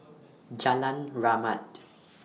Jalan Rahmat